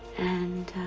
and